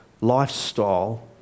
lifestyle